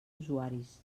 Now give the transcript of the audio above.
usuaris